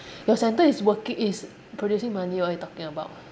your centre is working is producing money what you talking about